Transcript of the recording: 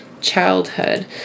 childhood